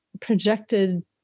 projected